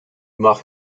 mag